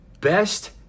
Best